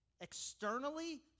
externally